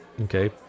Okay